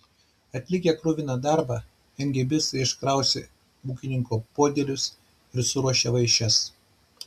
atlikę kruviną darbą emgėbistai iškraustė ūkininko podėlius ir suruošė vaišes